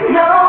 no